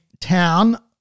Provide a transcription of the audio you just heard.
town